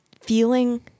feeling